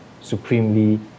supremely